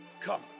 Come